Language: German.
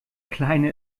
kleine